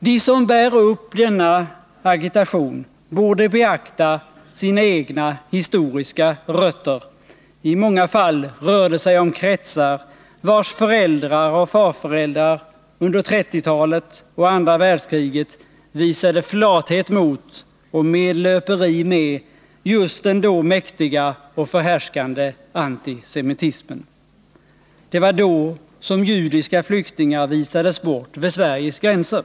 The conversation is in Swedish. De som bär upp denna agitation borde beakta sina egna historiska rötter. I många fall rör det sig om kretsar, vars föräldrar och farföräldrar under 1930-talet och andra världskriget visade flathet mot och medlöperi med just den då mäktiga och förhärskande antisemitismen. Det var då som judiska flyktingar visades bort vid Sveriges gränser.